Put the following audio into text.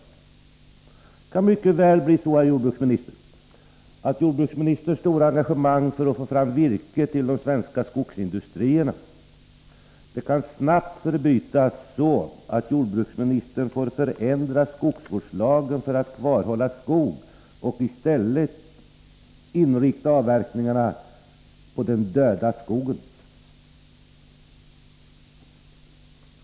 Det kan mycket väl bli så, herr jordbruksminister, att jordbruksministerns stora engagemang för att få fram virke till de svenska skogsindustrierna snabbt kan förbytas så att jordbruksministern får förändra skogsvårdslagen för att kvarhålla skog och i stället inrikta avverkningarna på den döda skogen.